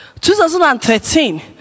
2013